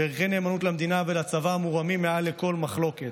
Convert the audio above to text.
וערכי נאמנות למדינה ולצבא מורמים מעל לכל מחלוקת.